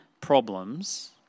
problems